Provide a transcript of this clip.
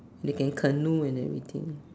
they can canoe and everything